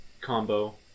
combo